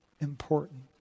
important